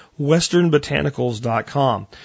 WesternBotanicals.com